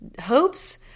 hopes